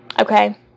Okay